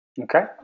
Okay